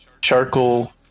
charcoal